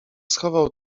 schował